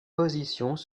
positions